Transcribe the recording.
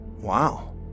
wow